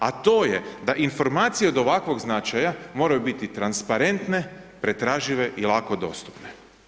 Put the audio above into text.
A to je da informacije od ovakvog značaja moraju biti transparentne, pretražive i lako dostupne.